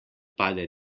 pade